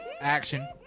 action